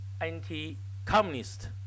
Anti-Communist